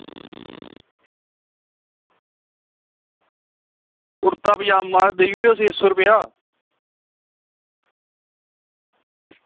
कुर्ता पजामा देई ओड़ेओ छे सौ रपेआ